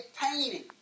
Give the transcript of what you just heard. painting